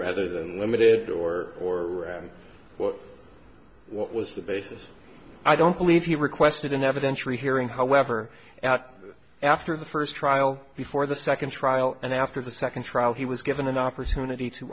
rather limited or or what what was the basis i don't believe he requested an evidentiary hearing however after the first trial before the second trial and after the second trial he was given an opportunity to